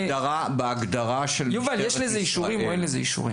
יובל, יש לזה אישורים או שאין לזה אישורים?